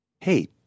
hey